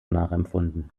nachempfunden